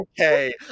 okay